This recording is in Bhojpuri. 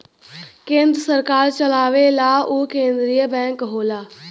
केन्द्र सरकार चलावेला उ केन्द्रिय बैंक होला